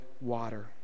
water